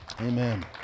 amen